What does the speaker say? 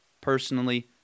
personally